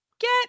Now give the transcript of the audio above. Get